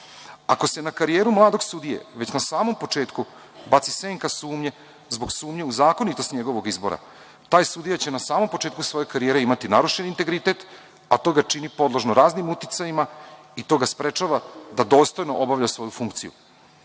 se na karijeru mladog sudije već na samom početku baci senka sumnje zbog sumnje u zakonitost njegovog izbora, taj sudija će na samom početku svoje karijere imati narušen integritet, a to ga čini podložnim raznim uticajima i to ga sprečava da dostojno obavlja svoju funkciju. Ozbiljan